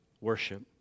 worship